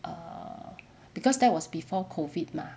err because that was before COVID mah